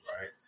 right